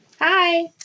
Hi